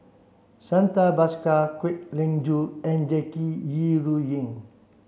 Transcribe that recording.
Santha Bhaskar Kwek Leng Joo and Jackie Yi Ru Ying